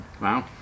Wow